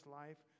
life